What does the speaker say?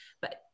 But-